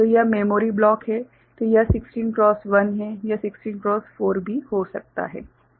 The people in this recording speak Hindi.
तो यह मेमोरी ब्लॉक है तो यह 16 क्रॉस 1 है यह 16 क्रॉस 4 भी हो सकता है ठीक है